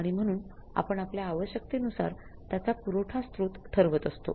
आणि म्हणून आपण आपल्या आवश्यकतेनुसार त्याचा पूरवठा स्रोत ठरवत असतो